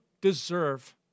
deserve